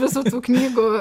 visų tų knygų